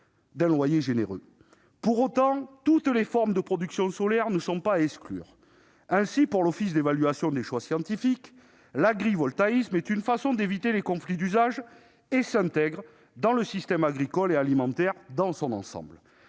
d'un loyer généreux. Pour autant, toutes les formes de production solaire ne sont pas à exclure. Ainsi, pour l'office parlementaire d'évaluation des choix scientifiques et technologiques, l'agrivoltaïsme est une façon d'éviter les conflits d'usage et il s'intègre dans le système agricole et alimentaire dans son ensemble.